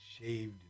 shaved